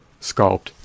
sculpt